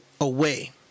away